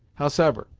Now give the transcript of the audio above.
howsever,